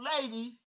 lady